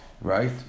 right